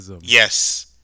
Yes